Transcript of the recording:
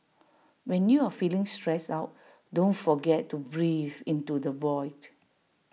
when you are feeling stressed out don't forget to breathe into the void